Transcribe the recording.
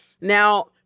Now